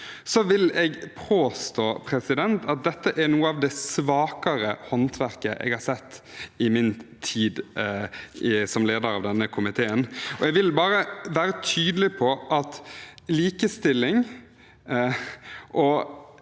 vil jeg påstå at dette er noe av det svakere håndverket jeg har sett i min tid som leder av denne komiteen. Jeg vil være tydelig på at likestilling og